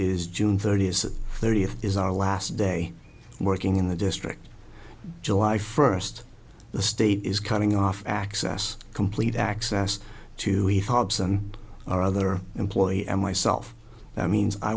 is june thirtieth thirtieth is our last day working in the district july first the state is cutting off access complete access to he thoughts on our other employee and myself that means i